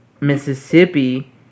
Mississippi